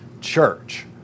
church